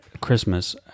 christmas